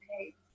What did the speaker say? okay